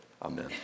Amen